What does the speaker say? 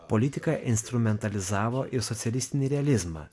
politika instrumentalizavo ir socialistinį realizmą